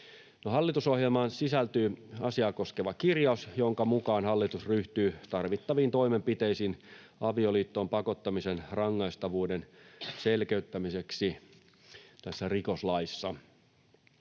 hallitusohjelmaan sisältyy asiaa koskeva kirjaus, jonka mukaan hallitus ryhtyy tarvittaviin toimenpiteisiin avioliittoon pakottamisen rangaistavuuden selkeyttämiseksi tässä rikoslaissa.